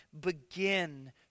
begin